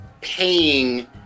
Paying